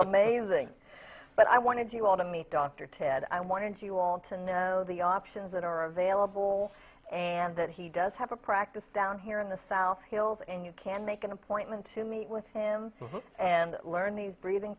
amazing but i wanted you all to meet dr ted i wanted you all to know the options that are available and that he does have a practice down here in the south hills and you can make an appointment to meet with him and learn these breathing